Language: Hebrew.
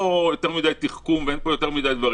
יותר מדי תחכום ואין פה יותר מדי דברים,